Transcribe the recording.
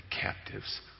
captives